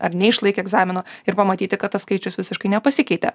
ar neišlaikė egzamino ir pamatyti kad tas skaičius visiškai nepasikeitė